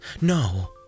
No